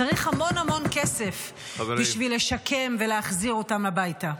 צריך המון המון כסף בשביל לשקם ולהחזיר אותם הביתה.